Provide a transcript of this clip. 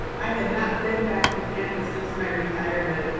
i had not been back to campus since my retirement,